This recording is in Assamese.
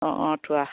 অঁ অঁ থোৱা